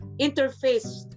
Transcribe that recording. interface